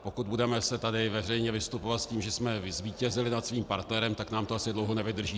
Pokud tady budeme veřejně vystupovat s tím, že jsme zvítězili nad svým partnerem, tak nám to asi dlouho nevydrží.